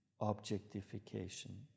objectification